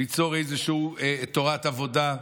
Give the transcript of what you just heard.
איזושהי תורת עבודה.